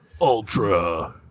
Ultra